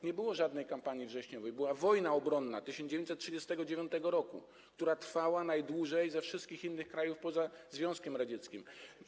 Nie było żadnej kampanii wrześniowej, była wojna obronna 1939 r., która trwała najdłużej ze wszystkich wojen obronnych innych krajów poza Związkiem Radzieckim.